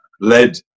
led